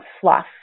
fluff